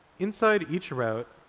inside each route,